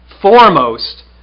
foremost